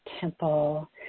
temple